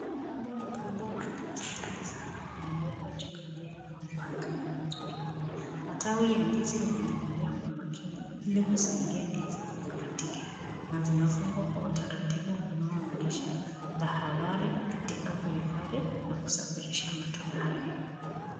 Gomba mkubwa wa ndizi nyingi sana umewekwa juu ya meza kwa mpangilio mzuri. Matawi ya ndizi yameenea kwa makini ilikusaidia ndizi isikatike, naimefungwa kwa utaratibu unaonyesha tahadhari katika kuifadhi na kusafirisha matunda haya.